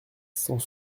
cent